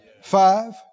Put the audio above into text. five